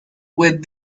with